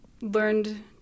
learned